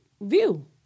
view